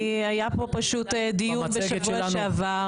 היה פה דיון בשבוע שעבר.